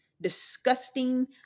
disgusting